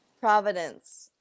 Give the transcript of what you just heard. Providence